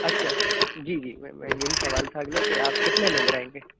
اچھا جی جی میں میں یہی سوال تھا اگلا کہ آپ کتنے لوگ رہیں گے